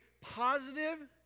positive